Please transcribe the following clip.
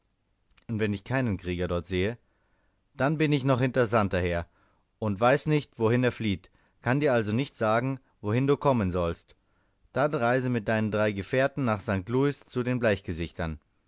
und wenn ich keinen krieger dort sehe da bin ich noch hinter santer her und weiß nicht wohin er flieht kann dir also auch nicht sagen lassen wohin du kommen sollst dann reise mit deinen drei gefährten nach st louis zu den bleichgesichtern